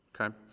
okay